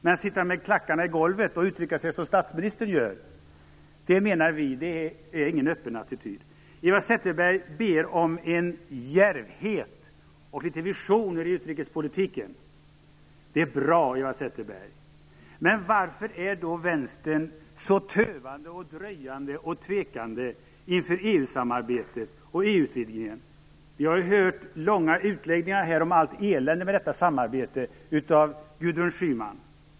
Men att sätta klackarna i golvet och uttrycka sig som statsministern gör - det är, menar vi, inte någon öppen attityd. Eva Zetterberg ber om djärvhet och litet visioner i utrikespolitiken. Det är bra, Eva Zetterberg. Men varför är då Vänstern så tövande, dröjande och tvekande inför EU-samarbetet och EU-utvidgningen? Vi har hört långa utläggningar från Gudrun Schyman om allt elände med detta samarbete.